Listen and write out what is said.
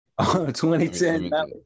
2010